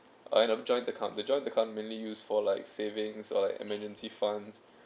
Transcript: uh no joint account the joint account mainly used for like savings or like emergency funds